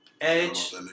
Edge